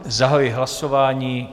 Zahajuji hlasování.